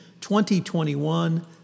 2021